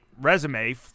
resume